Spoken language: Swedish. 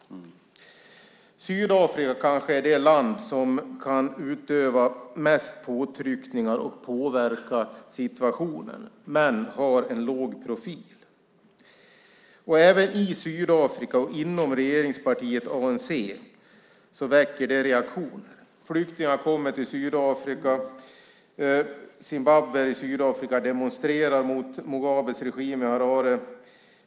Sydafrika är kanske det land som kan utöva mest påtryckningar och påverka situationen, men de har en låg profil. Även i Sydafrika och inom regeringspartiet ANC väcker det reaktioner. Flyktingar kommer till Sydafrika. Zimbabwier i Sydafrika demonstrerar mot Mugabes regim i Harare.